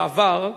בעבר.